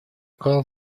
call